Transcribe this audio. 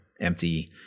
empty